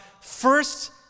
first